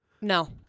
No